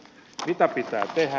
mitä pitää tehdä